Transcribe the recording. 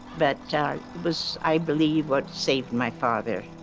but it was, i believe, what saved my father.